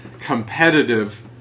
competitive